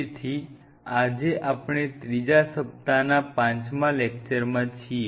તેથી આજે આપણે ત્રીજા સપ્તાહના પાંચમા લેક્ચરમાં છીએ